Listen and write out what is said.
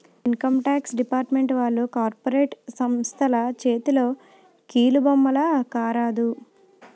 income tax department వాళ్లు corporate సంస్థల చేతిలో కీలుబొమ్మల కారాదు